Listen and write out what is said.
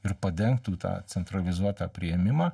ir padengtų tą centralizuotą priėmimą